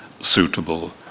suitable